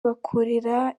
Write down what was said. bakorera